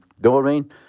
Doreen